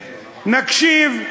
נקשיב,